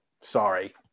sorry